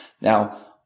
now